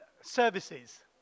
services